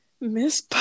Miss